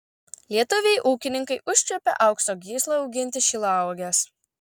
lietuviai ūkininkai užčiuopė aukso gyslą auginti šilauoges